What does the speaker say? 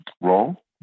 role